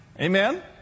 amen